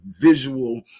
visual